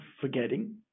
forgetting